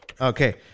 Okay